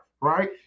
right